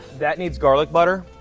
that needs garlic butter,